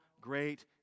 great